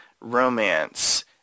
romance